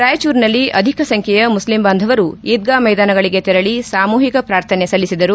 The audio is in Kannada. ರಾಯಚೂರಿನಲ್ಲಿ ಅಧಿಕ ಸಂಬ್ಲೆಯ ಮುಷ್ಲಿಂ ಬಾಂಧವರು ಈದ್ಗಾ ಮೈದಾನಗಳಿಗೆ ತೆರಳಿ ಸಾಮೂಹಿಕ ಪ್ರಾರ್ಥನೆ ಸಲ್ಲಿಸಿದರು